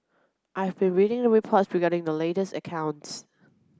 I have been reading the reports regarding the latest accounts